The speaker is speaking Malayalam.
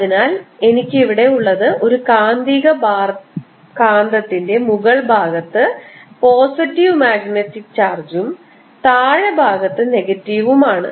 അതിനാൽ എനിക്ക് ഇവിടെ ഉള്ളത് ഈ കാന്തിക ബാർ കാന്തത്തിന്റെ മുകൾ ഭാഗത്ത് പോസിറ്റീവ് മാഗ്നെറ്റിക് ചാർജും താഴത്തെ ഭാഗത്ത് നെഗറ്റീവും ആണ്